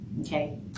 Okay